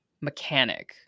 mechanic